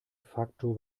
facto